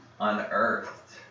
unearthed